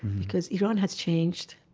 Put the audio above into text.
because iran has changed.